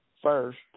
first